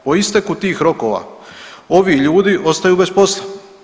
Po isteku tih rokova ovi ljudi ostaju bez posla.